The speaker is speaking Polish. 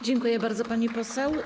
Dziękuję bardzo, pani poseł.